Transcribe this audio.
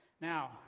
Now